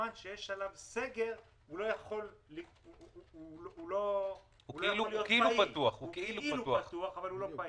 שמכיוון שיש עליו סגר הוא כאילו פתוח אבל הוא לא פעיל,